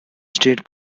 street